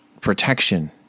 protection